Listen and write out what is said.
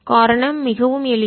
காரணம் மிகவும் எளிது